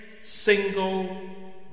single